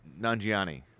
Nanjiani